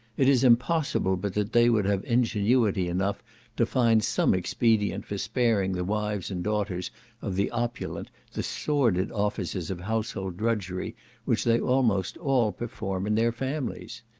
it is impossible but that they would have ingenuity enough to find some expedient for sparing the wives and daughters of the opulent the sordid offices of household drudgery which they almost all perform in their families.